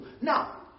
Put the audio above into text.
Now